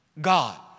God